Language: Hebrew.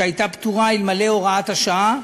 שהייתה פטורה אלמלא הוראת השעה,